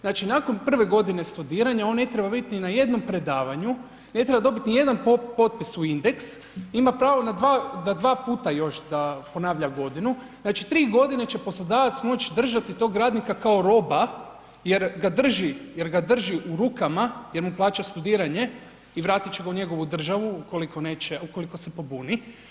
Znači prve godine studiranja, on ne treba bit ni na jednom predavanju, ne treba dobit nijedan potpis u indeks, ima pravo da dva puta još da ponavlja godinu, znači 3 g. će poslodavac moći držati tog radnika kao roba jer ga drži u rukama jer mu plaća studiranje i vratit će ga u njegovu državu ukoliko se pobuni.